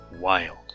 wild